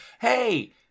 hey